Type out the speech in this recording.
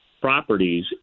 properties